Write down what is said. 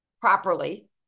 properly